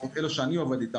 לפחות אלה שאני עובד איתן,